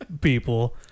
people